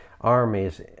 armies